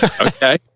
Okay